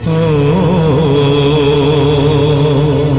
oh